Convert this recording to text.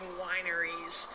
wineries